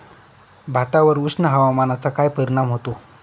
भातावर उष्ण हवामानाचा काय परिणाम होतो?